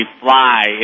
fly